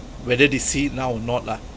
whether they see it now or not lah